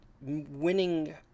winning